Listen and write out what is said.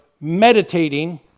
meditating